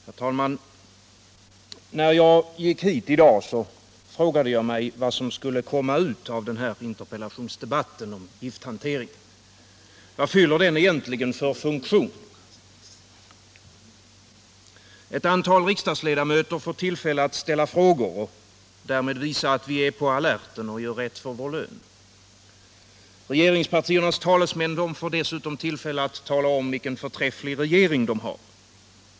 Herr talman! När jag gick hit i dag frågade jag mig vad som skulle komma ut av den här interpellationsdebatten om gifthanteringen. Vad fyller den egentligen för funktion? Ett antal riksdagsledamöter får tillfälle att ställa frågor och därmed visa att vi är på alerten och gör rätt för vår lön. Regeringspartiernas talesmän får dessutom tillfälle att tala om vilken förträfflig regering de har.